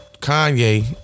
Kanye